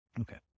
Okay